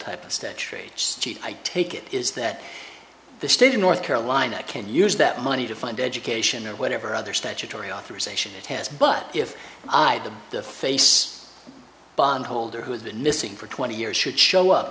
trades i take it is that the state of north carolina can use that money to fund education or whatever other statutory authorization it has but if i do the face bond holder who has been missing for twenty years should show up